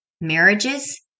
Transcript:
marriages